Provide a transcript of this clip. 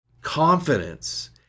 confidence